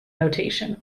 notation